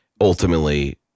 ultimately